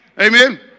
Amen